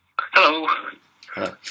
Hello